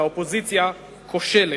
והאופוזיציה כושלת,